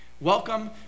Welcome